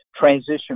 transition